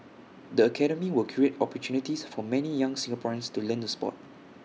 the academy will create opportunities for many more young Singaporeans to learn the Sport